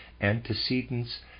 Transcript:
antecedents